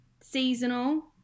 seasonal